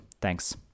thanks